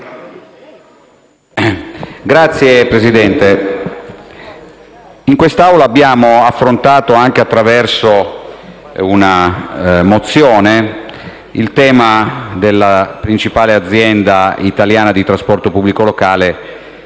Signora Presidente, in quest'Aula abbiamo affrontato, anche attraverso una mozione, il tema della principale azienda italiana di trasporto pubblico locale,